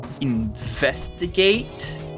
investigate